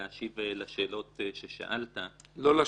להשיב לשאלות ששאלת -- לא לשאלות,